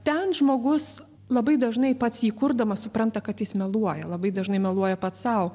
ten žmogus labai dažnai pats jį kurdamas supranta kad jis meluoja labai dažnai meluoja pats sau